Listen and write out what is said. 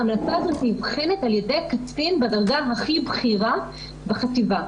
ההמלצה הזאת נבחנת על-ידי קצין בדרגה הכי בכירה בחטיבה.